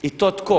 I to tko?